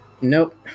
nope